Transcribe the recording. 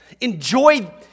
enjoy